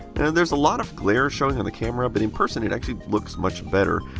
there is a lot of glare showing on the camera, but in person it actually looks much better.